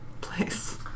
place